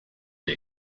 der